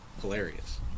hilarious